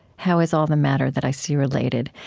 how is all the matter that i see related?